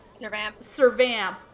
Servamp